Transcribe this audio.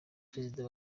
perezida